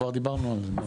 כבר דיברנו על זה.